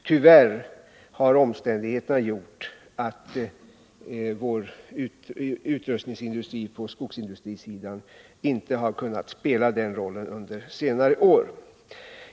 Tyvärr har omständigheterna gjort att den industrin inte kunnat spela den här rollen under senare år.